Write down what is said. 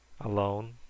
Alone